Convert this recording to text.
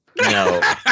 No